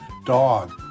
Dog